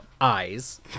eyes